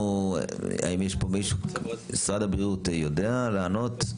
משרד הבריאות יודע לענות?